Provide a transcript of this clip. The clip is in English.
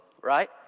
right